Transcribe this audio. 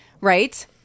Right